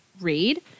read